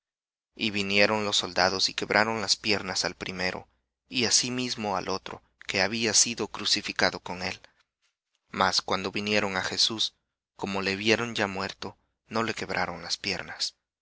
y vinieron los soldados y quebraron las piernas al primero y asimismo al otro que había sido crucificado con él mas cuando vinieron á jesús como le vieron ya muerto no le quebraron las piernas